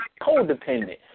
codependent